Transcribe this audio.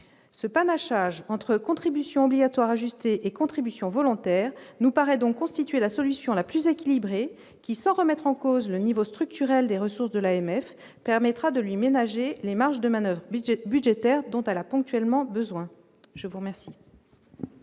ce panachage entre contributions obligatoires ajustée et contributions volontaires nous paraît donc constituer la solution la plus équilibrée qui, sans remettre en cause le niveau structurel des ressources de l'AMF permettra de lui ménager les marges de manoeuvre budgétaire budgétaire dont à la ponctuellement besoin je vous remercie.